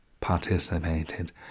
participated